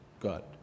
God